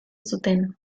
zuten